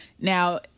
Now